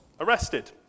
arrested